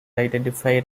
identified